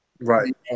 Right